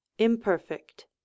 imperfect